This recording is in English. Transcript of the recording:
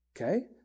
Okay